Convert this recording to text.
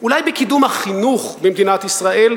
אולי בקידום החינוך במדינת ישראל,